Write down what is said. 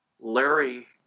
Larry